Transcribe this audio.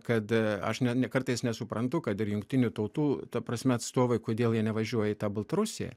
kad aš ne kartais nesuprantu kad ir jungtinių tautų ta prasme atstovai kodėl jie nevažiuoja į tą baltarusiją